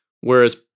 whereas